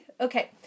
Okay